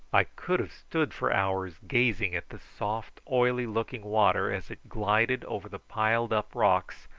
i could have stood for hours gazing at the soft oily looking water as it glided over the piled-up rocks,